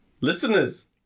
listeners